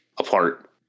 Apart